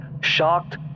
shocked